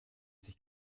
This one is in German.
sich